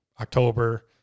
October